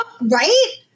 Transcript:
right